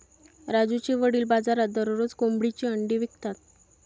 राजूचे वडील बाजारात दररोज कोंबडीची अंडी विकतात